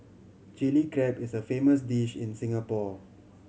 Chilli Crab is a famous dish in Singapore